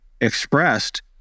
expressed